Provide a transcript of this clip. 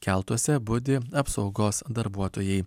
keltuose budi apsaugos darbuotojai